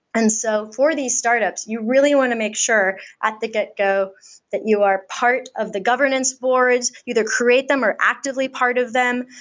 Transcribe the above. and so for these these startups, you really want to make sure at the get go that you are part of the governance boards, either create them or actively part of them,